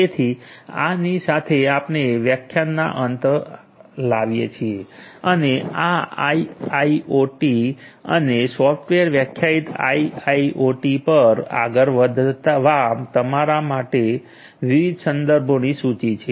તેથી આની સાથે આપણે વ્યાખ્યાનના અંત લાવીએ છીએ અને આ આઈઆઈઓટી અને સોફ્ટવેર વ્યાખ્યાયિત આઈઆઈઓટી પર આગળ વધવા તમારા માટે વિવિધ સંદર્ભોની સૂચિ છે